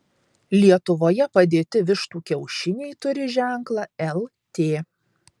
lietuvoje padėti vištų kiaušiniai turi ženklą lt